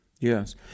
yes